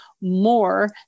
more